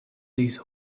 these